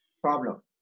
problem